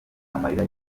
amarira